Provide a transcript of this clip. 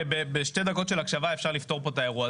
שבשתי דקות של הקשבה אפשר לפתור פה את האירוע.